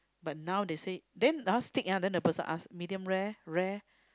but now they say then uh steak ah then the person ask medium rare rare